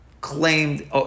claimed